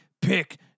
Pick